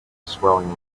swirling